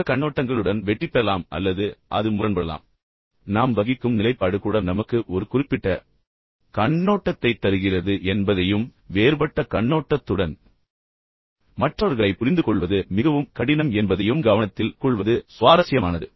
மற்ற கண்ணோட்டங்களுடன் வெற்றி பெறலாம் அல்லது அது முரண்படலாம் நாம் வகிக்கும் நிலைப்பாடு கூட நமக்கு ஒரு குறிப்பிட்ட கண்ணோட்டத்தைத் தருகிறது என்பதையும் வேறுபட்ட கண்ணோட்டத்துடன் மற்றவர்களைப் புரிந்துகொள்வது மிகவும் கடினம் என்பதையும் கவனத்தில் கொள்வது சுவாரஸ்யமானது